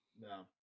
No